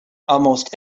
almost